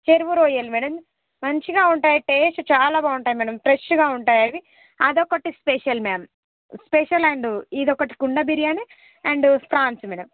చెరువు రొయ్యలు మేడం మంచిగా ఉంటాయి అయితే టేస్ట్ చాలా బాగుంటుంది మేడం ఫ్రెష్గా ఉంటాయి అవి అదొకటి స్పెషల్ మేము స్పెషల్ అండ్ ఇదొకటి కుండ బిర్యానీ అండ్ స్ప్రాన్స్ మేడం